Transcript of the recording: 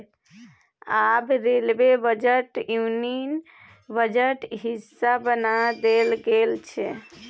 आब railway budget union बजटक हिस्सा बना देल गेल छै